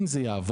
אם זה יעבור,